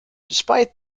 despite